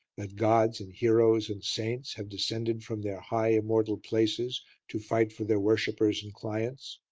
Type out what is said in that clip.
that gods and heroes and saints have descended from their high immortal places to fight for their worshippers and clients.